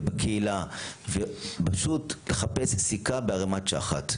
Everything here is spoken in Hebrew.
מתנדבות בקהילה ופשוט לחפש סיכה בערמת שחת.